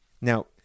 Now